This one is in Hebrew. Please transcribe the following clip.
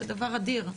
זה דבר אדיר.